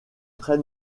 très